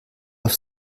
auf